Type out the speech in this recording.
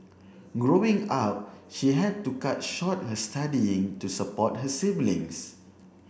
growing up she had to cut short her studying to support her siblings